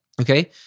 Okay